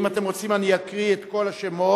אם אתם רוצים אני אקריא את כל השמות,